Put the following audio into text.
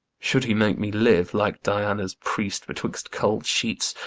should he make me live like diana's priest betwixt cold sheets,